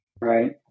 right